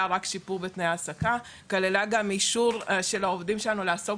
רק שיפור בתנאי העסקה כללה גם אישור של העובדים שלנו לעסוק